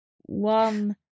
one